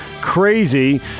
crazy